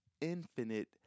infinite